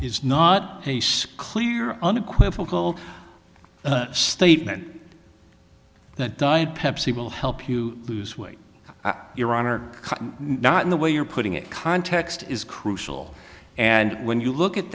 is not a clear unequivocal statement that diet pepsi will help you lose weight your honor not in the way you're putting it context is crucial and when you look at